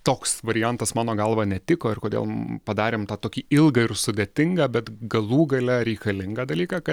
toks variantas mano galva netiko ir kodėl padarėm tą tokį ilgą ir sudėtingą bet galų gale reikalingą dalyką kad